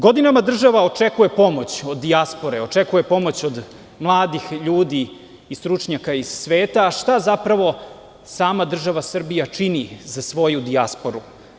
Godinama država očekuje pomoć od dijaspore, očekuje pomoć od mladih ljudi i stručnjaka iz sveta, a šta zapravo sama država Srbija čini za svoju dijasporu.